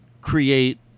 create